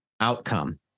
outcome